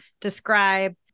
describe